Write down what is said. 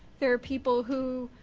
there are people who